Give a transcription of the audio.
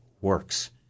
works